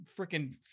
freaking